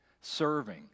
serving